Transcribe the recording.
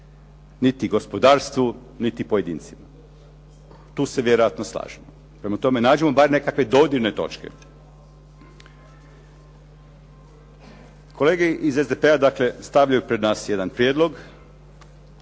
niti gospodarstvu, niti pojedincima. Tu se vjerojatno slažemo. Prema tome, nađimo bar nekakve dodirne točke. Kolege iz SDP-a dakle stavljaju pred nas jedan prijedlog.